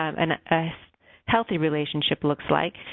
um and a healthy relationship looks like.